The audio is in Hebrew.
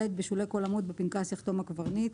בשולי כל עמוד בפנקס יחתום הקברניט.